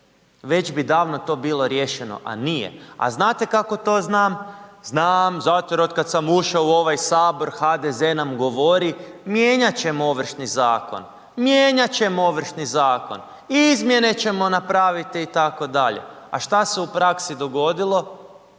već bi davno to bilo riješeno, a nije. A znate kako to znam? Znam zato jer otkad samo ušao u ovaj sabor HDZ nam govori mijenjat ćemo Ovršni zakon, mijenjat ćemo Ovršni zakon, izmjene ćemo napraviti itd. A šta se u praksi dogodilo?